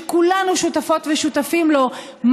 שכולנו שותפות ושותפים לו,